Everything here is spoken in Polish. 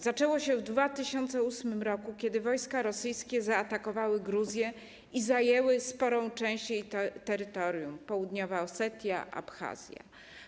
Zaczęło się w 2008 r., kiedy wojska rosyjskie zaatakowały Gruzję i zajęły sporą część jej terytorium: południową Osetię i Abchazję.